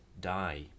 die